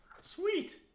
sweet